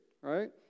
Right